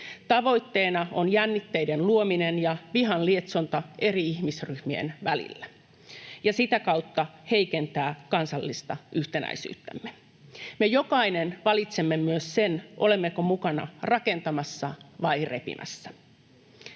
tavoitteena on jännitteiden luominen ja vihan lietsonta eri ihmisryhmien välillä ja sitä kautta kansallisen yhtenäisyytemme heikentäminen. Me jokainen valitsemme myös sen, olemmeko mukana rakentamassa vai repimässä.